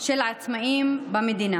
של עצמאים במדינה.